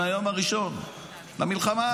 מהיום הראשון למלחמה,